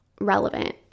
relevant